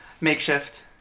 Makeshift